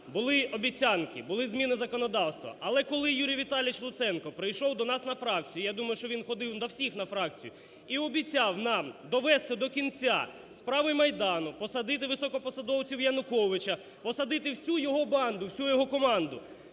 були обіцянки, були зімни законодавства. Але коли Юрій Віталійович Луценко прийшов до нас на фракцію і я думаю, що він ходив до всіх на фракцію, і обіцяв нам довести до кінця справи Майдану, посадити високопосадовців Януковича, посадити всю його банду, всю його команду.